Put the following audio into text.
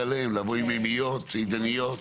אוקיי.